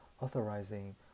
authorizing